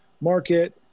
market